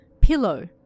pillow